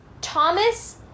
Thomas